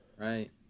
Right